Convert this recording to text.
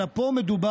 אלא פה מדובר,